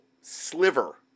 sliver